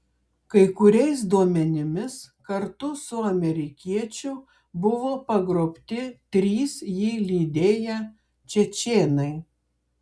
kai kuriais duomenimis kartu su amerikiečiu buvo pagrobti trys jį lydėję čečėnai